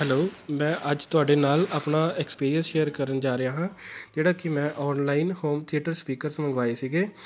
hello ਮੈਂ ਅੱਜ ਤੁਹਾਡੇ ਨਾਲ ਆਪਣਾ ਐਕਸਪੀਰੀਅੰਸ ਸ਼ੇਅਰ ਕਰਨ ਜਾ ਰਿਹਾ ਹਾਂ ਜਿਹੜਾ ਕਿ ਮੈਂ ਔਨਲਾਈਨ ਹੋਮ ਥੀਏਟਰ ਸਪੀਕਰਸ ਮੰਗਵਾਏ ਸੀਗੇ